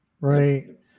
right